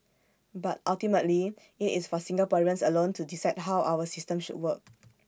but ultimately IT is for Singaporeans alone to decide how our system should work